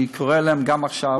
אני קורא להם גם עכשיו,